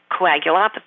coagulopathy